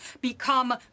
become